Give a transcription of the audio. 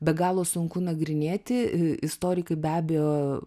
be galo sunku nagrinėti i istorikai be abejo